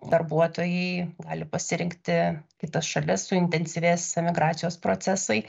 darbuotojai gali pasirinkti kitas šalis suintensyvės emigracijos procesai